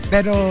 Pero